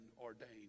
ordained